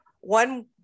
one